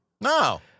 No